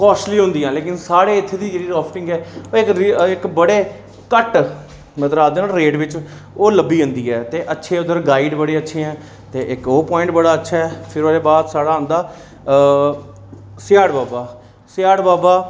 costly होंदी लेकिन साढ़े इत्थै दी जेह्ड़ी राफटिंग ऐ ओह् इक बड़े घट्ट आखदे न रेट बिच ओह् लब्भी जंदी ते अच्छे उद्धर गाइड बड़े अच्छे ऐ इक ओह् पोआइंट बड़ा अच्छा ऐ फ्ही ओह्दे बाद साढ़ा आंदा सेआढ़ बाबा